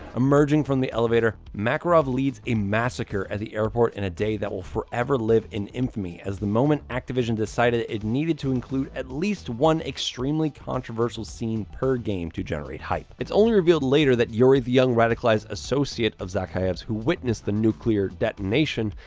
emerging from the elevator, makarov leads a massacre at the airport in a day that will forever live in infamy as the moment activision decided it needed to include at least one extremely controversial scene per game to generate hype. it's only revealed later that yuri, the young radicalized associate of zakhaev's who witnessed the nuclear detonation,